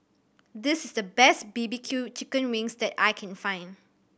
this is the best B B Q chicken wings that I can find